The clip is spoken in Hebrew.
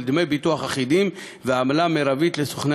דמי הביטוח המרביים נקבעים במסגרת תשלומי